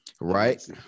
Right